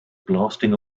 blasting